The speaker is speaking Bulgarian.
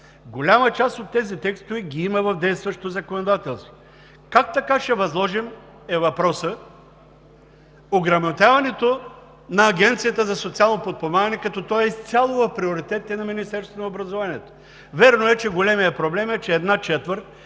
Голяма част от тези текстове ги има в действащото законодателство. Как така ще възложим – е въпросът – ограмотяването на Агенцията за социално подпомагане, като то е изцяло в приоритетите на Министерството на образованието и науката? Вярно, че големият проблем е, че една четвърт